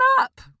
up